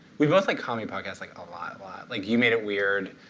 we both like comedy podcasts, like, a lot lot. like, you made it weird,